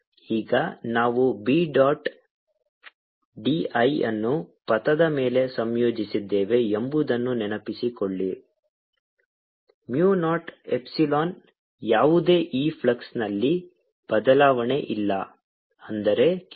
ಈಗ ನಾವು B dot dl ಅನ್ನು ಪಥದ ಮೇಲೆ ಸಂಯೋಜಿಸಿದ್ದೇವೆ ಎಂಬುದನ್ನು ನೆನಪಿಸಿಕೊಳ್ಳಿ mu ನಾಟ್ ಎಪ್ಸಿಲಾನ್ ಯಾವುದೇ ಈ ಫ್ಲಕ್ಸ್ನಲ್ಲಿ ಬದಲಾವಣೆ ಇಲ್ಲ ಅಂದರೆ q v